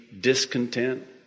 discontent